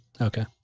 Okay